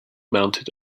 mounted